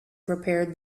prepared